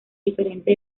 diferente